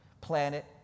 planet